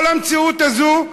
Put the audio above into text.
כל המציאות הזו,